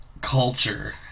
culture